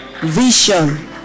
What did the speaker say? Vision